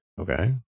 Okay